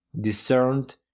discerned